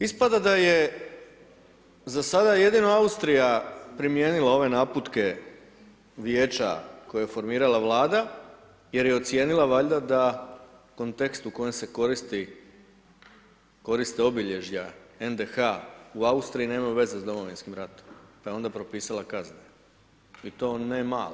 Ispada da je je za sada jedino Austrija primijenila ove naputke vijeća koje je formirala Vlada jer je ocijenila valjda da, kontekst u kojem se koriste obilježja NDH u Austriji nemaju veze s Domovinskim ratom, pa je onda propisala kazne, i to ne male.